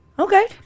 Okay